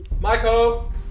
Michael